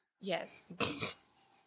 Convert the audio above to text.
Yes